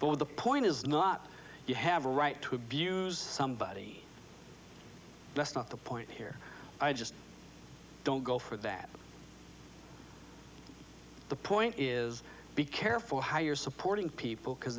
but the point is not you have a right to abuse somebody that's not the point here i just don't go for that the point is be careful how you're supporting people because